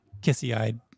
kissy-eyed